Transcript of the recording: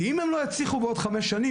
ואם הם לא יצליחו בעוד חמש שנים,